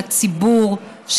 לציבור,